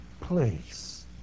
Please